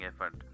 effort